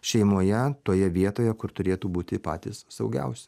šeimoje toje vietoje kur turėtų būti patys saugiausi